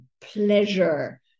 pleasure